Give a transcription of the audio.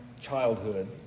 childhood